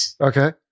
okay